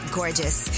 gorgeous